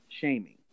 shaming